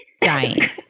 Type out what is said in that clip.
Dying